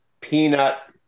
peanut